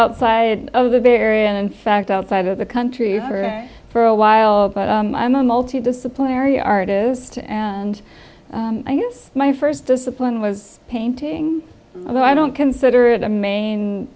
outside of the bay area and in fact outside of the country for a while but i'm a multi disciplinary artist and i guess my first discipline was painting although i don't consider it a main